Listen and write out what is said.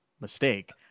mistake